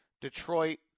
Detroit